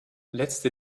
letzte